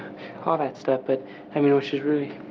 all that stuff, but i mean which is really